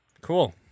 Cool